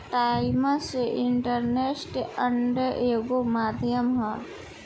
times interest earned एगो माध्यम ह